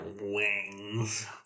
wings